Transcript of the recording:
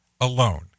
alone